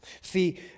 See